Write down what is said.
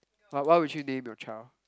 what would you name your child